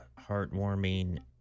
heartwarming